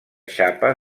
xapa